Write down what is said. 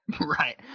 right